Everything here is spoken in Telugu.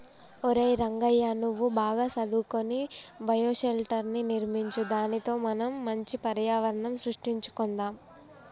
ఒరై రంగయ్య నువ్వు బాగా సదువుకొని బయోషెల్టర్ర్ని నిర్మించు దానితో మనం మంచి పర్యావరణం సృష్టించుకొందాం